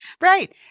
Right